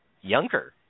younger